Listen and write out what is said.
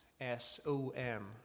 s-o-m